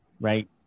right